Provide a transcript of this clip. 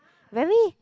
very